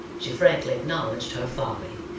she frankly acknowledged her folly,